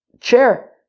chair